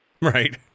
Right